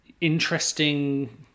interesting